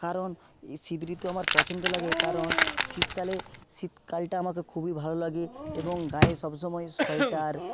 কারণ শীত ঋতু আমার পছন্দ লাগে কারণ শীতকালে শীতকালটা আমাকে খুবই ভালো লাগে এবং গায়ে সবসময় সোয়েটার